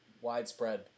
widespread